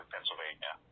Pennsylvania